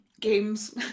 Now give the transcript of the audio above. games